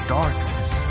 darkness